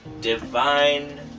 divine